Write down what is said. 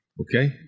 Okay